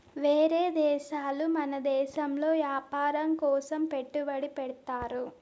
ఏరే దేశాలు మన దేశంలో వ్యాపారం కోసం పెట్టుబడి పెడ్తారు